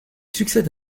succède